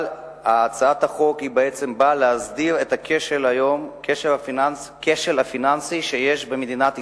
אבל הצעת החוק בעצם באה להסדיר את הכשל הפיננסי שיש במדינת ישראל,